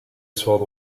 histoires